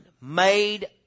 made